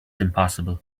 impossible